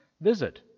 visit